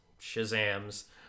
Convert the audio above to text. Shazam's